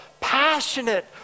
passionate